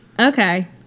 Okay